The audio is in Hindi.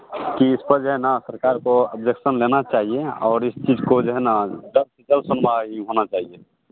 कि इस पर जो है ना सरकार को अब्जेक्शन लेना चाहिए और इस चीज़ को जो है ना जल्द से जल्द सुनवाई होना चाहिए